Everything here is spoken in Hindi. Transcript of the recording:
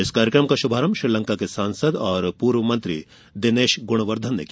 इस कार्यक्रम का शुभारंभ श्रीलंका के सांसद और पूर्व मंत्री दिनेश गुनवर्धन ने किया